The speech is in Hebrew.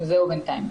זהו בינתיים.